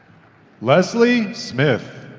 lesley smith